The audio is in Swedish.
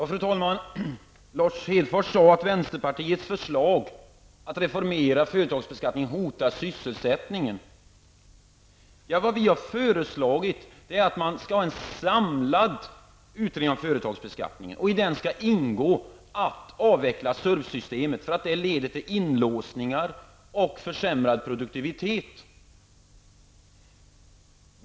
Fru talman! Lars Hedfors sade att vänsterpartiets förslag om att reformera företagetsbeskattningen hotar sysselsättningen. Vi har föreslagit att man skall ha en samlad utredning om företagsbeskattning. I den skall ingå att avveckla SURV-systemet, eftersom det leder till inlåsningar och försämrad produktivitet.